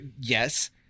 Yes